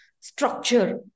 structure